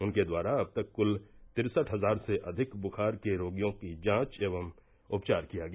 उनके द्वारा अब तक क्ल तिरसठ हजार से अधिक बुखार के रोगियों की जांच एवं उपचार किया गया